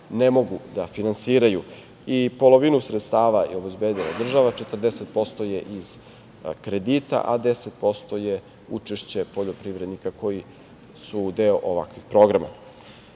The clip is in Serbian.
ne mogu da finansiraju. Polovinu sredstava je obezbedila država, 40% je iz kredita, a 10% je učešće poljoprivrednika koji su deo ovakvih programa.